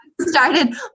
started